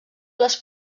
les